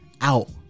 out